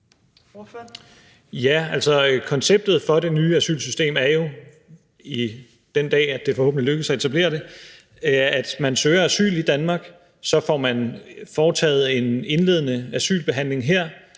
Ja, konceptet for det nye asylsystem er jo – den dag, det forhåbentlig lykkes at etablere det – at man søger asyl i Danmark, så får man foretaget en indledende asylbehandling her,